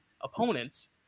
opponents